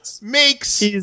makes